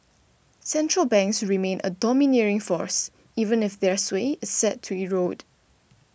central banks remain a domineering force even if their sway is set to erode